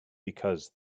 because